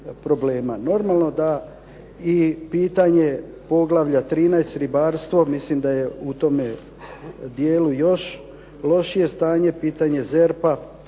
Normalno da i pitanje poglavlja 13.-Ribarstvo, mislim da je u tome dijelu još lošije stanje, pitanje ZERP-a